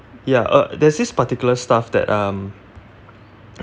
ya uh there's this particular staff that um